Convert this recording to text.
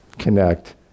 connect